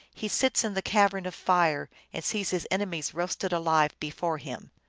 he sits in the cavern of fire and sees his enemies roasted alive before him.